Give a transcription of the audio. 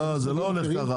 לא זה לא הולך ככה,